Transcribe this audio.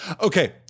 Okay